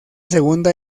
segunda